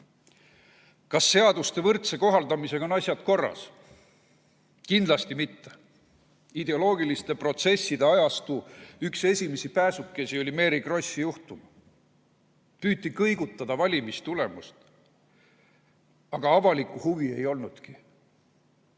Kas seaduste võrdse kohaldamisega on asjad korras? Kindlasti mitte. Ideoloogiliste protsesside ajastu esimesi pääsukesi oli Mary Krossi juhtum. Püüti kõigutada valimistulemust. Aga avalikku huvi ei olnudki.